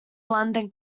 london